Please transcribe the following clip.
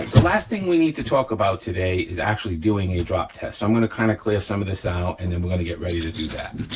last thing we need to talk about today is actually doing a drop test. so i'm gonna kinda clear some of this out, and then we're gonna get ready to do that.